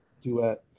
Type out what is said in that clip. Duet